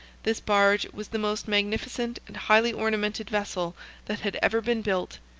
this barge was the most magnificent and highly-ornamented vessel that had ever been built.